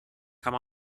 kann